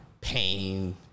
pain